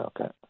Okay